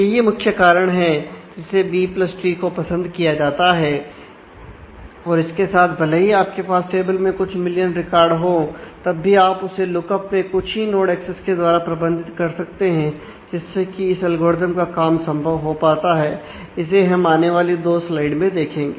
यही मुख्य कारण है जिससे बी प्लस ट्री को पसंद किया जाता है और इसके साथ भले ही आपके पास टेबल में कुछ मिलियन रिकॉर्ड हो तब भी आप उसे लुक अप में कुछ ही नॉड एक्सेस के द्वारा प्रबंधित कर सकते हैं जिससे कि इस एल्गोरिथ्म का काम संभव हो पाता है इसे हम आने वाली दो स्लाइड में देखेंगे